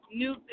new